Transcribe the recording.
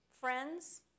friends